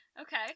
Okay